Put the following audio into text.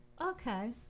Okay